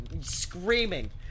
screaming